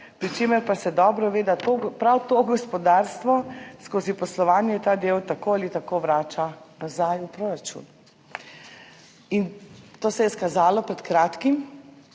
pri čemer pa se dobro ve, da prav gospodarstvo skozi poslovanje ta del tako ali tako vrača nazaj v proračun. To se je izkazalo pred kratkim,